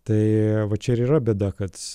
tai va čia ir yra bėda kad